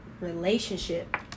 relationship